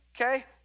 okay